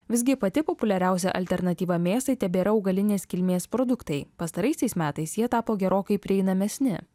visgi pati populiariausia alternatyva mėsai tebėra augalinės kilmės produktai pastaraisiais metais jie tapo gerokai prieinamesni